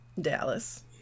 Dallas